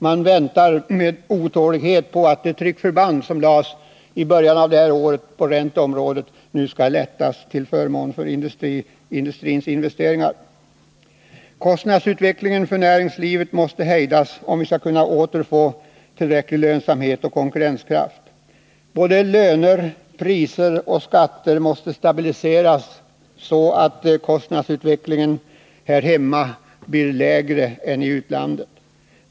Man väntar med otålighet på att det tryckförband som i början av det här året lades på ränteområdet skall lättas till förmån för industrins investeringar. Kostnadsutvecklingen för näringslivet måste hejdas om vi skall kunna återfå tillräcklig lönsamhet och konkurrenskraft. Både löner, priser och skatter måste stabiliseras, så att kostnadsutvecklingen här hemma blir lägre än i utlandet.